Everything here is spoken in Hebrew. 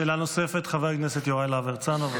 שאלה נוספת לחבר הכנסת יוראי להב הרצנו.